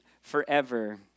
forever